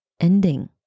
ending